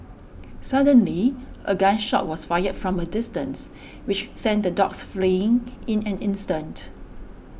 suddenly a gun shot was fired from a distance which sent the dogs fleeing in an instant